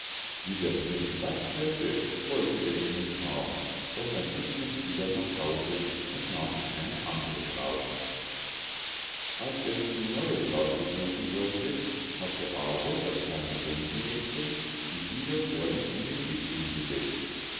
wie der prinz das hörte wollte er sie nicht haben sondern schickte sie wieder nach hause und nahm sich eine andre braut als er nun die neue braut besuchen wollte hatte aase das kleine gänsemädchen sich wieder vor ihm in den weg hingesetzt